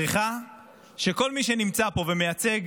צריכה שכל מי שנמצא פה ומייצג